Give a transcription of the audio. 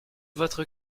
votre